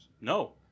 no